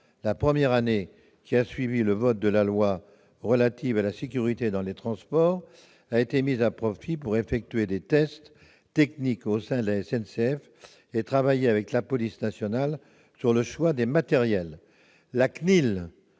La première année qui a suivi le vote de la loi relative à la sécurité dans les transports a été mise à profit pour effectuer des tests techniques au sein de la SNCF et travailler avec la police nationale sur le choix des matériels. La CNIL